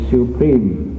Supreme